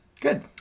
good